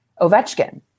Ovechkin